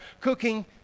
cooking